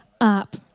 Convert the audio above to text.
up